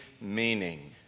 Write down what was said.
meaning